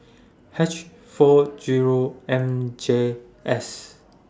H four Zero M J S